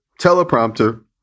teleprompter